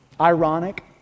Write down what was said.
ironic